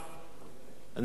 אני לא מסכים לדבריך,